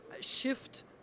shift